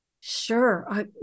Sure